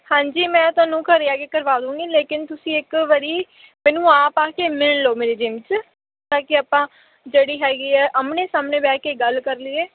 ਹਾਂਜੀ ਮੈਂ ਤੁਹਾਨੂੰ ਘਰ ਆ ਕੇ ਕਰਵਾ ਦੂੰਗੀ ਲੇਕਿਨ ਤੁਸੀਂ ਇੱਕ ਵਾਰ ਮੈਨੂੰ ਆਪ ਆ ਕੇ ਮਿਲ ਲਓ ਮੇਰੀ ਜਿਮ 'ਚ ਤਾਂ ਕਿ ਆਪਾਂ ਜਿਹੜੀ ਹੈਗੀ ਆ ਆਹਮਣੇ ਸਾਹਮਣੇ ਬਹਿ ਕੇ ਗੱਲ ਕਰ ਲਈਏ